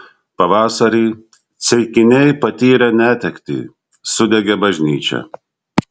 pavasarį ceikiniai patyrė netektį sudegė bažnyčia